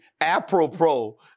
apropos